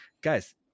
Guys